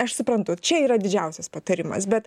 aš suprantu čia yra didžiausias patarimas bet